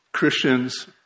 Christians